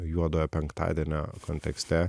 juodojo penktadienio kontekste